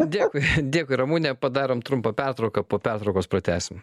dėkui dėkui ramune padarom trumpą pertrauką po pertraukos pratęsim